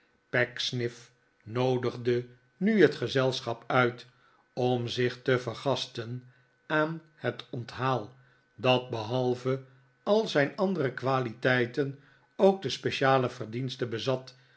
pecksniff noodigde nu het gezelschap uit om zich te vergasten aan het onthaal dat r behalve al zijn andere kwaliteiten ook de speciale verdienste bezat